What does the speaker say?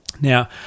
Now